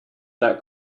that